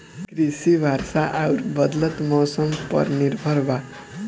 कृषि वर्षा आउर बदलत मौसम पर निर्भर बा